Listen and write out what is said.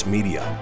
Media